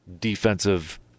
defensive